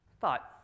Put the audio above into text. thought